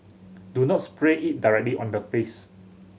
do not spray it directly on the face